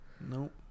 Nope